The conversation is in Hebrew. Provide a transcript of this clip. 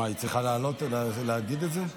היא צריכה לעלות ולהגיד את זה?